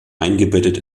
eingebettet